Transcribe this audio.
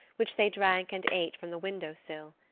which they drank and ate from the window-sill.